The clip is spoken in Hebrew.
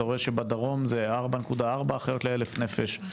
אתה רואה שבדרום זה 4.4 אחיות לאלף נפש,